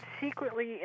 secretly